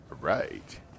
Right